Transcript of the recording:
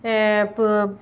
பு